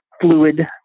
fluid